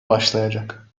başlayacak